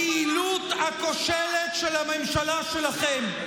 בפעילות הכושלת של הממשלה שלכם.